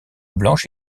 blanche